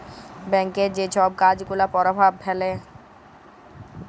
ব্যাংকের যে ছব কাজ গুলা পরভাব ফেলে